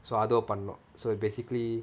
so அது பண்ணணும்:athu pannanum so it's basically